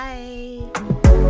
Bye